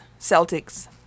Celtics